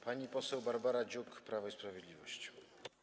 Pani poseł Barbara Dziuk, Prawo i Sprawiedliwość.